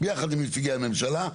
יחד עם נציגי הממשלה.